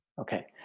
okay